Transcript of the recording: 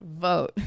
vote